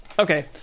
Okay